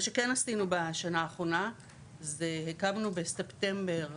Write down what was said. מה שכן עשינו בשנה האחרונה זה הקמנו בספטמבר